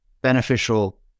beneficial